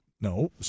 No